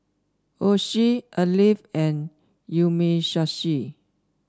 Oishi Alive and Umisushi